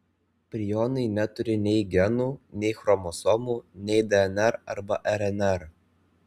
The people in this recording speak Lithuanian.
prionai neturi nei genų nei chromosomų nei dnr arba rnr